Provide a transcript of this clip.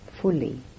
fully